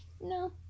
No